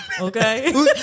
Okay